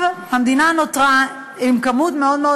עכשיו המדינה נותרה עם כמות מאוד מאוד